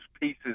pieces